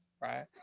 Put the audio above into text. right